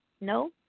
No